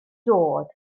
dod